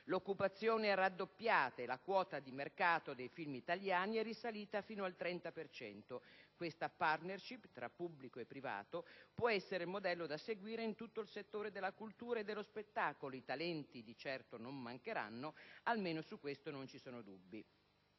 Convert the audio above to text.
L'occupazione è raddoppiata e la quota di mercato dei film italiani è risalita fino al 30 per cento. Questa *partnership* tra pubblico e privato può essere il modello da seguire in tutto il settore della cultura e dello spettacolo. I talenti di certo non mancheranno: almeno su questo non ci sono dubbi.